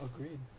Agreed